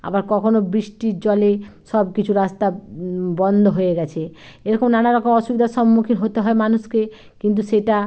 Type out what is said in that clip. আবার কখনো বৃষ্টির জলে সব কিছু রাস্তা বন্ধ হয়ে গেছে এরকম নানা রকম অসুবিধার সম্মুখীন হতে হয় মানুষকে কিন্তু সেটা